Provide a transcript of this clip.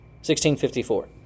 1654